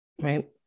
right